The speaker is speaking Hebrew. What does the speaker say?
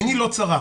עיני לא צרה.